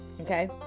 Okay